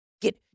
Get